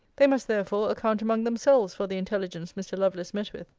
they must, therefore, account among themselves for the intelligence mr. lovelace met with,